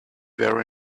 were